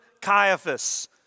Caiaphas